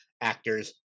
actors